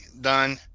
done